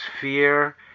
fear